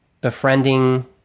befriending